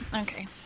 Okay